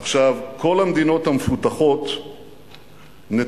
עכשיו, כל המדינות המפותחות נתונות